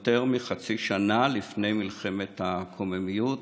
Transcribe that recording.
יותר מחצי שנה לפני מלחמת הקוממיות.